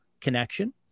connection